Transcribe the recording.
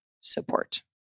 support